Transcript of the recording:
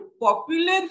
popular